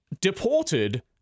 deported